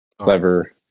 clever